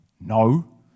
No